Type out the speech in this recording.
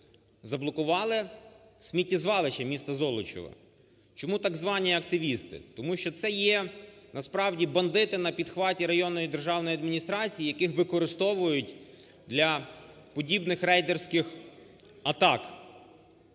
заблокували сміттєзвалище містаЗолочіва. Чому так звані активісти? Тому що це є насправді бандити на підхваті районної державної адміністрації, яких використовують для подібних рейдерських атак.